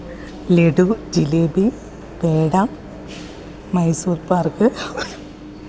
laddu jalebi peda Mysore pack